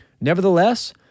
Nevertheless